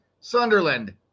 sunderland